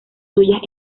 suyas